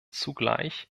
zugleich